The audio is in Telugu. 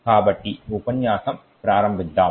కాబట్టి ఈ ఉపన్యాసం ప్రారంభిద్దాం